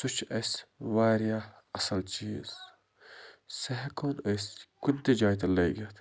سُہ چھُ اسہِ واریاہ اصل چیٖز سُہ ہٮ۪کہٕ ہون أسۍ کُنہِ تہِ جایہِ تہِ لٲگِتھ